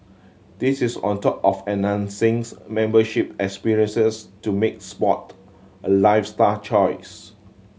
this is on top of membership experiences to make sport a lifestyle choice